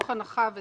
הנחה,